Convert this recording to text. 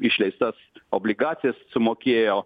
išleistas obligacijas sumokėjo